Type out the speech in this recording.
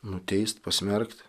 nuteist pasmerkt